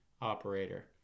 operator